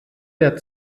der